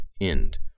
end